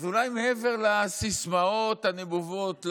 אז אולי מעבר לסיסמאות הנבובות,